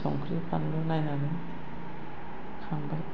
संख्रि फानलु नायनानै खांबाय